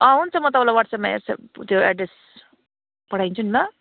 अँ हुन्छ म तपाईँलाई वाट्सएपमा एक्सेप्ट त्यो एड्रेस पठाइदिन्छु नि ल